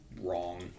wrong